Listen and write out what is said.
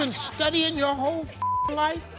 and studying your whole life?